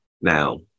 Now